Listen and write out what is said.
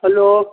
hello